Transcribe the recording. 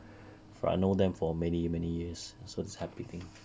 for I know them for many many years so it's a happy thing